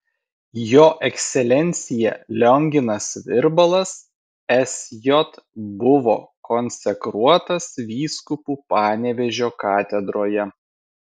jo ekscelencija lionginas virbalas sj buvo konsekruotas vyskupu panevėžio katedroje